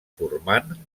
formant